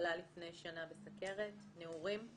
שחלה לפני שנה בסוכרת נעורים.